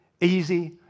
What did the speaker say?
Easy